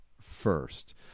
first